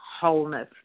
wholeness